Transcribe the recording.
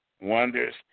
wonders